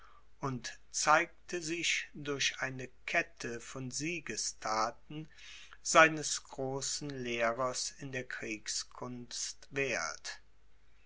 und zeigte sich durch eine kette von siegesthaten seines großen lehrers in der kriegskunst werth